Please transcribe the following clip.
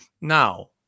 Now